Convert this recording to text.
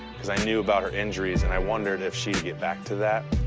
cuz i knew about her injuries, and i wondered if she'd get back to that.